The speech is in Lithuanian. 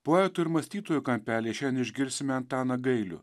poetų ir mąstytojų kampelyje šiandien išgirsime antaną gailių